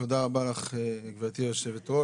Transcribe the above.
תודה רבה לך גבירתי יושבת-הראש.